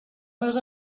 meus